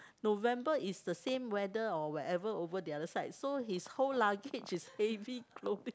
November is the same weather or wherever over the other side so his whole luggage is heavy clothing